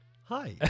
Hi